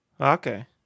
okay